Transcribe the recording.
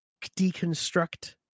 deconstruct